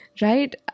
right